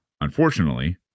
unfortunately